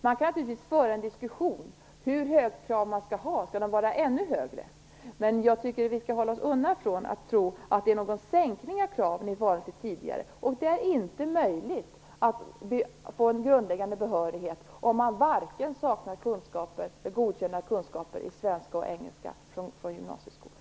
Man kan naturligtvis föra en diskussion om hur höga kraven skall vara, om de skall vara ännu högre. Men jag tycker att vi ska hålla oss undan från att tro att kraven har sänkts i förhållande till de tidigare kraven. Det är alltså inte möjligt att få grundläggande behörighet för den som saknar godkända kunskaper i svenska och engelska i gymnasieskolan.